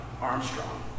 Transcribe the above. Armstrong